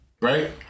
Right